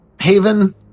Haven